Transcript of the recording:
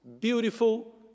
beautiful